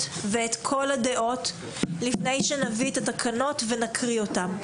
ואת כל הדעות לפני שנביא את התקנות ונקריא אותן.